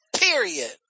period